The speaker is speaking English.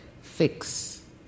fix